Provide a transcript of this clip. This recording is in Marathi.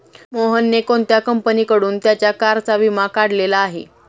मोहनने कोणत्या कंपनीकडून त्याच्या कारचा विमा काढलेला आहे?